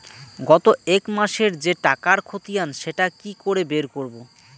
গত এক মাসের যে টাকার খতিয়ান সেটা কি করে বের করব?